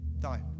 die